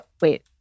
wait